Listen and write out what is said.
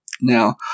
Now